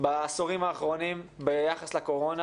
בעשורים האחרונים ביחס לקורונה,